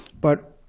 but